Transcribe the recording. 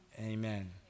amen